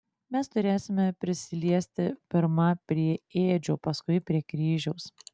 mes turėsime prisiliesti pirma prie ėdžių paskui prie kryžiaus